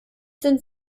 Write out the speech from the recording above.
sind